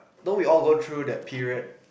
don't we all go through that period